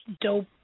dope